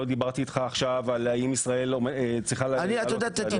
לא דיברתי איתך עכשיו על האם ישראל צריכה --- תתפלא,